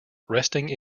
resting